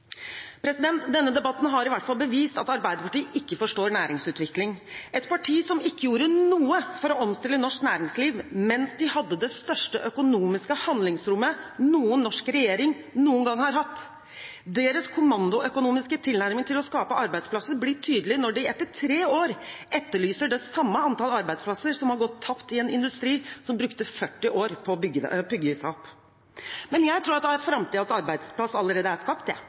Denne debatten har i hvert fall bevist at Arbeiderpartiet ikke forstår næringsutvikling, et parti som ikke gjorde noe for å omstille norsk næringsliv mens de hadde det største økonomiske handlingsrommet noen norsk regjering noen gang har hatt. Deres kommandoøkonomiske tilnærming til å skape arbeidsplasser blir tydelig når de etter tre år etterlyser det samme antall arbeidsplasser som har gått tapt i en industri som brukte 40 år på å bygge seg opp. Men jeg tror at framtidens arbeidsplass allerede er skapt. Jeg tror den er skapt